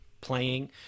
playing